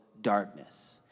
darkness